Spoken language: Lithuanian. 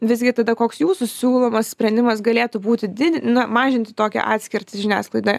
visgi tada koks jūsų siūlomas sprendimas galėtų būti didi na mažinti tokią atskirtį žiniasklaidoje